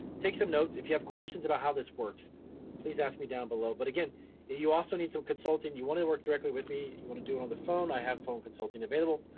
take some notes, if you have questions about how this works please ask me down below, but again if you also need some so consulting, you wanna work directly with me, you wanna do it on the phone i have phone consulting available.